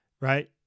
right